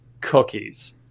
cookies